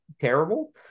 terrible